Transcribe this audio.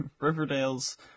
Riverdale's